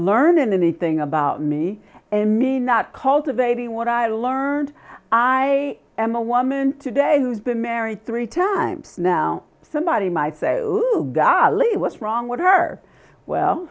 learning anything about me and me not cultivating what i learned i am a woman today who's been married three times now somebody might say golly what's wrong with her well